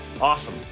Awesome